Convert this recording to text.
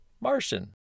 Martian